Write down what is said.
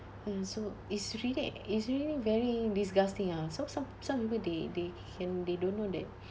mm so it's really it's really very disgusting ah so some some people they they can they don't know that